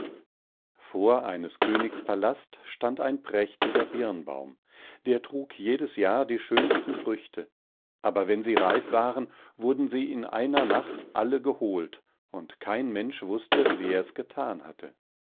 vor eines königs pallast stand ein prächtiger birnbaum der trug jedes jahr die schönsten früchte aber wenn sie reif waren wurden sie in einer nacht alle geholt und kein mensch wußte wer es gethan hatte